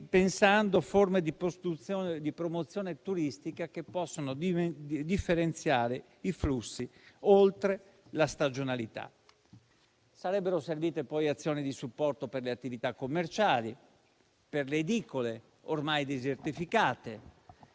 pensando forme di promozione turistica che possono differenziare i flussi oltre la stagionalità. Sarebbero servite azioni di supporto per le attività commerciali, per le edicole ormai desertificate